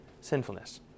sinfulness